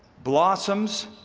blossoms,